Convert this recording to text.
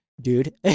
dude